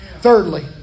Thirdly